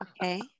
okay